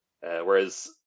Whereas